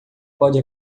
pode